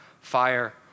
fire